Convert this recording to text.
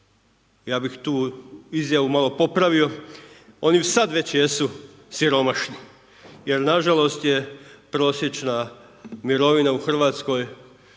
Ja bih tu izjavu malo popravio, oni sad već jedu siromašni jer nažalost je prosječna mirovina u Hrvatskoj